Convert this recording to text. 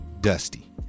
dusty